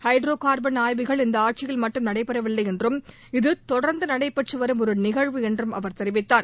hydro carbon ஆய்வுகள் இந்த ஆட்சியில் மட்டும் நடைபெறவில்லை என்றும் இது தொடர்ந்து நடைபெற்றுவரும் ஒரு நிகழ்வு என்றும் அவர் தெரிவித்தார்